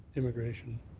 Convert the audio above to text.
immigration,